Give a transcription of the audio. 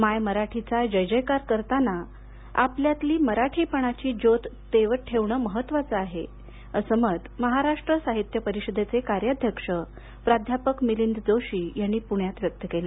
माय मराठीचा जयजयकार करताना आपल्यातली मराठीपणाची ज्योत तेवत ठेवणं महत्त्वाचं आहे असं मत महाराष्ट्र साहित्य परिषदेचे कार्याध्यक्ष प्राध्यापक मिलिंद जोशी यांनी पुण्यात व्यक्त केलं